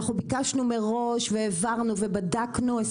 אנחנו ביקשנו מראש והעברנו ובדקנו 20 פעם,